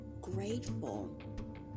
grateful